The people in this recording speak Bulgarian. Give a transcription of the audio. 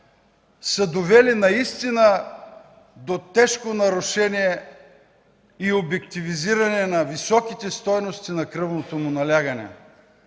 са довели наистина до тежко нарушение и обективиране на високите стойности на кръвното му налягане,